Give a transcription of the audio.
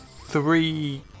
three